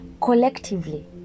collectively